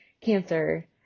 cancer